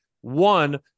One